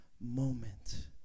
moment